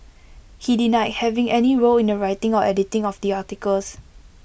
he denied having any role in the writing or editing of the articles